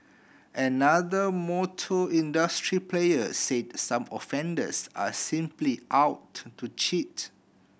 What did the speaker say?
another motor industry player said some offenders are simply out to cheat